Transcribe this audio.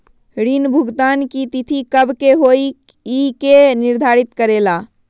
ऋण भुगतान की तिथि कव के होई इ के निर्धारित करेला?